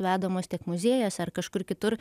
vedamos tik muziejuose ar kažkur kitur